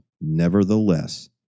Nevertheless